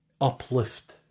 uplift